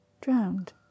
drowned